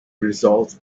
results